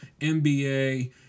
NBA